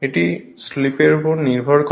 এটি স্লিপের উপর নির্ভর করে